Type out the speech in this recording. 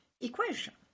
equation